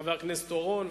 חבר הכנסת אורון,